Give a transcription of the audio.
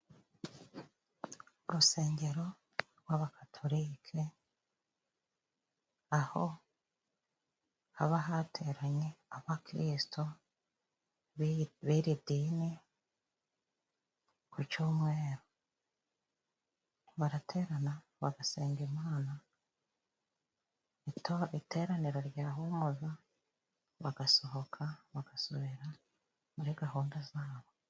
Urusengero rw'abakatorike aho haba hateranye abakirisito b'iri dini ku cyumweru. Baraterana, bagasenga Imana, iteraniro ryahumuza bagasohoka bagasubira muri gahunda za bo.